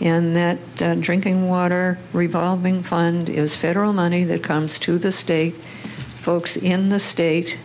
and that drinking water revolving fund is federal money that comes to the state folks in the state